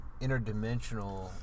interdimensional